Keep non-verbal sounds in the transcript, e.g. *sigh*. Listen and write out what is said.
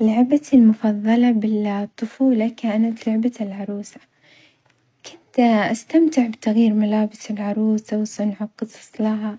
لعبتي المفظلة بالطفولة كانت لعبة العروسة، كنت أستمتع بتغيير ملابس العروسة *unintelligible* قصص لها،